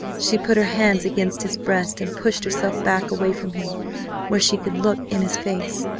she put her hands against his breast and pushed herself back away from him where she could look in his face.